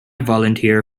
volunteer